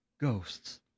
ghosts